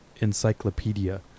encyclopedia